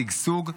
שגשוג,